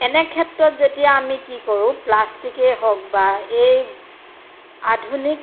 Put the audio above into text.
এনে ক্ষেত্ৰত যেতিয়া আমি কি কৰোঁ প্লাষ্টিকেই হওক বা এই আধুনিক